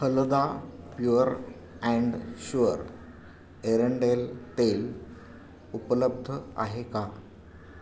Phalada pure and sure एरंडेल तेल उपलब्ध आहे का